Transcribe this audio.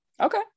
Okay